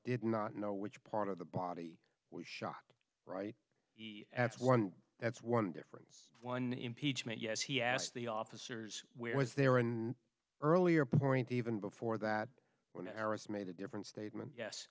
did not know which part of the body was shot right that's one that's one difference one impeachment yes he asked the officers where was there in earlier point even before that when eris made a different statement yes